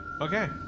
Okay